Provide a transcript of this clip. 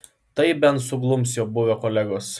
tai bent suglums jo buvę kolegos